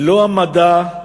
לא המדע,